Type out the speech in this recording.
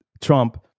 Trump